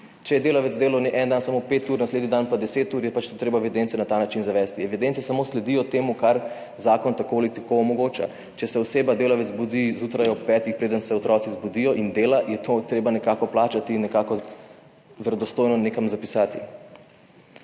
Če je delavec delal en dan samo 5 ur, naslednji dan pa 10 ur, je pač to treba v evidence na ta način zavesti. Evidence samo sledijo temu, kar zakon tako ali tako omogoča. Če se oseba, delavec zbudi zjutraj ob 5., preden se otroci zbudijo in dela, je to treba nekako plačati in nekako verodostojno nekam zapisati.